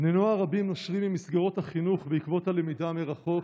בני נוער רבים נושרים ממסגרות החינוך בעקבות הלמידה מרחוק.